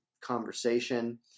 conversation